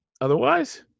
otherwise